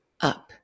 up